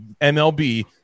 MLB